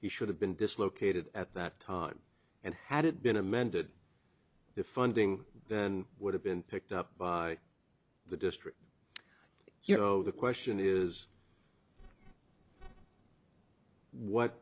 he should have been dislocated at that time and had it been amended the funding would have been picked up by the district you know the question is what